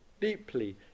deeply